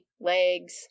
legs